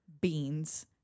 beans